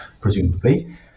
presumably